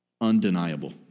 undeniable